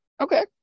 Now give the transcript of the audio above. Okay